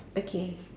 okay